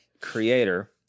creator